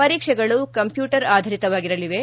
ಪರೀಕ್ಷೆಗಳು ಕಂಪ್ಮೂಟರ್ ಆಧರಿತವಾಗಿರಲಿವೆ